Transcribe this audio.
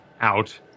out